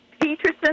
Peterson